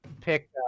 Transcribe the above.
pick